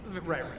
right